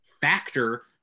factor